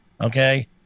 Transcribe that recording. okay